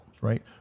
right